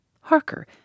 Harker